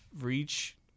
reach